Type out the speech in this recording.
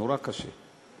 נורא קשה.